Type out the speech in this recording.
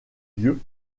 vieux